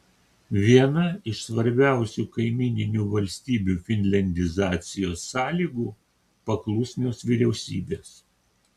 viena iš svarbiausių kaimyninių valstybių finliandizacijos sąlygų paklusnios vyriausybės